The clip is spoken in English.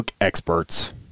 experts